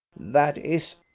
that is,